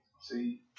See